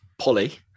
Polly